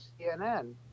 cnn